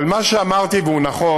אבל מה שאמרתי, והוא נכון: